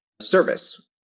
service